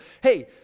hey